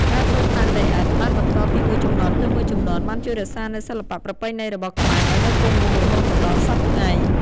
ការធ្វើផើងដីឥដ្ឋបានបន្តពីមួយជំនាន់ទៅមួយជំនាន់ បានជួយរក្សានូវសិល្បៈប្រពៃណីរបស់ខ្មែរឲ្យនៅគង់វង្សរហូតមកដល់សព្វថ្ងៃ។